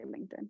LinkedIn